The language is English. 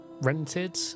rented